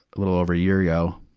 a little over a year ago,